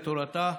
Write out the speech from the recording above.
לתורתה,